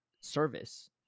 service